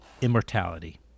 immortality